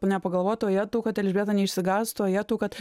nepagalvotų o jetau kad elžbieta neišsigąstų o jetau kad